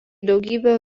daugybę